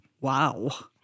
Wow